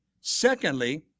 Secondly